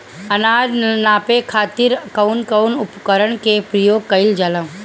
अनाज नापे खातीर कउन कउन उपकरण के प्रयोग कइल जाला?